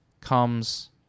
comes